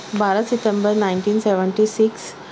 بارہ ستمبر nineteen seventy six